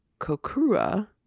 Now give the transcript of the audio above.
Kokura